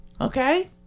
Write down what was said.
Okay